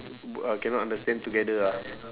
b~ cannot understand together ah